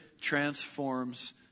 transforms